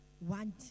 want